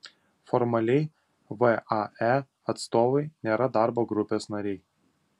formaliai vae atstovai nėra darbo grupės nariai